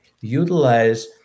utilize